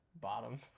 Bottom